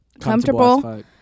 comfortable